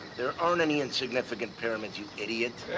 there aren't any insignificant pyramids, you idiot.